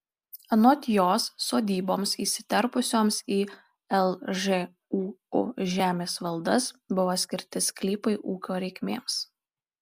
anot jos sodyboms įsiterpusioms į lžūu žemės valdas buvo skirti sklypai ūkio reikmėms